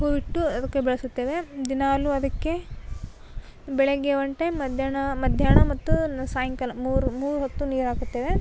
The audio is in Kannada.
ಹೂವಿಟ್ಟು ಅದಕ್ಕೆ ಬೆಳೆಸುತ್ತೇವೆ ದಿನಾಲೂ ಅದಕ್ಕೆ ಬೆಳಗ್ಗೆ ಒಂದು ಟೈಮ್ ಮಧ್ಯಾಹ್ನ ಮಧ್ಯಾಹ್ನ ಮತ್ತು ಸಾಯಂಕಾಲ ಮೂರು ಮೂರು ಹೊತ್ತು ನೀರು ಹಾಕುತ್ತೇವೆ